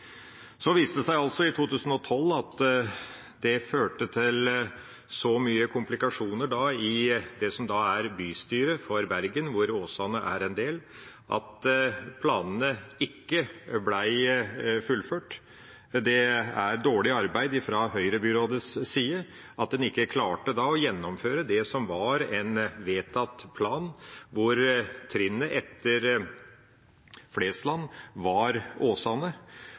Så viste det seg i 2012 at det førte til så mange komplikasjoner i bystyret i Bergen, som Åsane er en del av, at planene ikke ble fullført. Det er dårlig arbeid fra Høyre-byrådets side at en ikke klarte å gjennomføre det som var en vedtatt plan, der trinnet etter Flesland var Åsane.